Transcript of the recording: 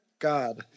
God